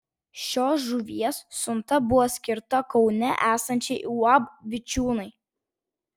šios žuvies siunta buvo skirta kaune esančiai uab vičiūnai